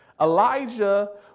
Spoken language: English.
Elijah